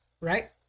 right